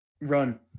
run